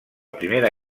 primera